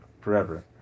forever